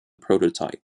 prototype